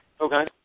Okay